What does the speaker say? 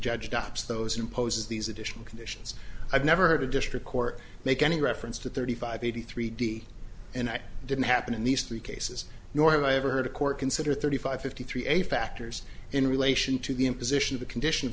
judge dops those imposes these additional conditions i've never heard a district court make any reference to thirty five eighty three d and i didn't happen in these three cases nor have i ever heard of court consider thirty five fifty three a factors in relation to the imposition of a condition